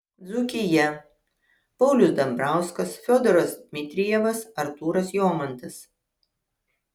dzūkija paulius dambrauskas fiodoras dmitrijevas artūras jomantas